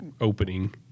opening